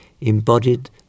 embodied